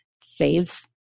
saves